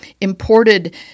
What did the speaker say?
imported